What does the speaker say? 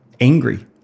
angry